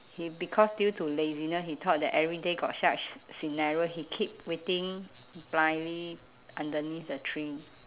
he because due to laziness he thought that every day got such s~ scenario he keep waiting blindly underneath the tree